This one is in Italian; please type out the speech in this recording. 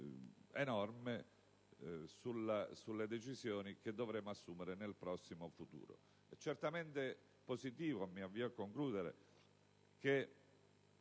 rilevante sulle decisioni che dovremo assumere nel prossimo futuro.